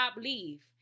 leave